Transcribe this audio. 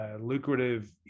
Lucrative